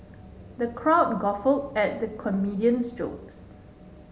the crowd guffawed at the comedian's jokes